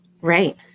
Right